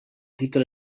títol